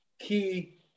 key